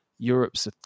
Europe's